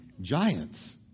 giants